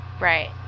right